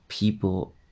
People